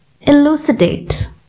elucidate